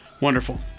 Wonderful